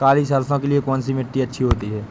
काली सरसो के लिए कौन सी मिट्टी अच्छी होती है?